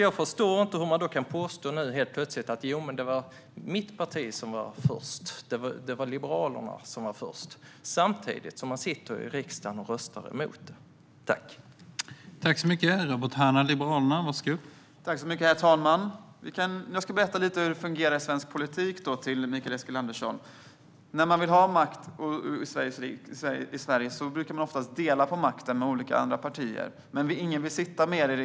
Jag förstår därför inte hur man nu helt plötsligt kan påstå att det var Liberalerna som var först, samtidigt som man i riksdagen röstar emot vårt förslag.